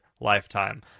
lifetime